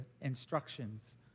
instructions